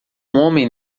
homem